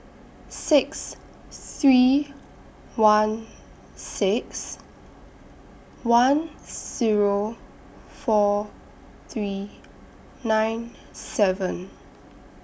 six three one six one Zero four three nine seven